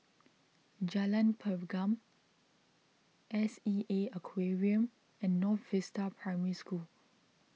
Jalan Pergam S E A Aquarium and North Vista Primary School